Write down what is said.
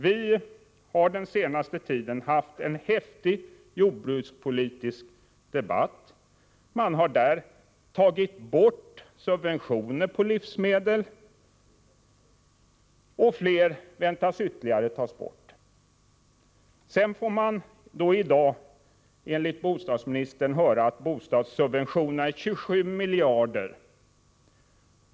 Vi har den senaste tiden haft en häftig jordbrukspolitisk debatt. Vissa livsmedelssubventioner har tagits bort, ytterligare fler väntas bli borttagna. — Sedan får man höra i dag av bostadsministern att bostadssubventionerna uppgår till 27 miljarder kronor.